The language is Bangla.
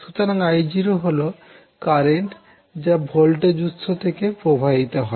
সুতরাং I0 হল কারেন্ট যা ভোল্টেজ উৎস থেকে প্রবাহিত হয়